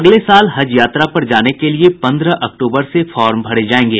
अगले साल हज यात्रा पर जाने के लिए पन्द्रह अक्टूबर से फॉर्म भरे जायेंगे